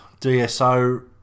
DSO